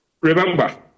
remember